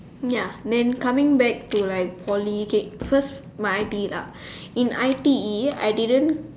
ya then coming back to like Poly okay first my I_T_E lah in I_T_E I didn't